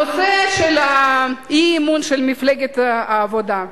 הנושא של האי-אמון של מפלגת העבודה: